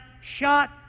shot